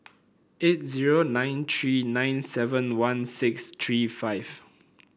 eight zero nine three nine seven one six three five